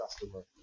customer